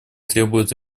требуют